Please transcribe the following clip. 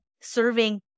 serving